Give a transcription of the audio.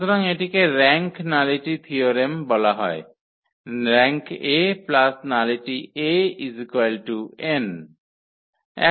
সুতরাং এটিকে rank nullity theorem বলা হয় Rank𝐴 Nullity𝐴 n